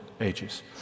Ages